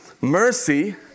Mercy